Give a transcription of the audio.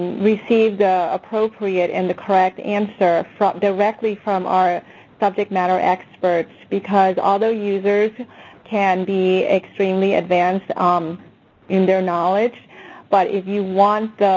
receive the appropriate and the correct answer directly from our subject matter experts because although users can be extremely advanced um in their knowledge but if you want